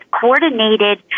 coordinated